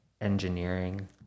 engineering